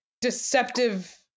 deceptive